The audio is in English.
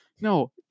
No